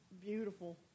Beautiful